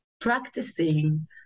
practicing